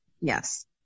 Yes